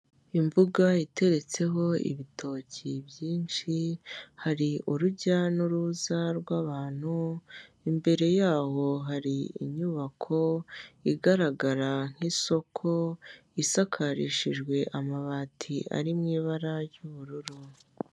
Imbuga iteretseho ibitoki byinshi, hari urujya n'uruza rw'abantu, imbere yaho hari inyubako igaragara nk'isoko, isakarishijwe amabati ari mu ibara ry'ubururu.